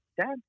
dad